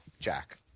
jack